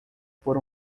por